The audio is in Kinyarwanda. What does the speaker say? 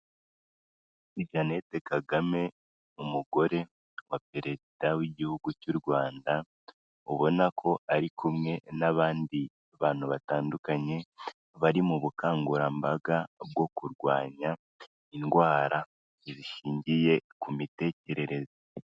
Jeannette KAGAME umugore wa Perezida w'igihugu cy'u Rwanda, ubona ko ari kumwe n'abandi bantu batandukanye bari mu bukangurambaga bwo kurwanya indwara zishingiye ku mitekerereze.